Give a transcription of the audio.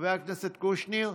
חבר הכנסת קושניר,